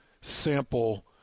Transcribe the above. sample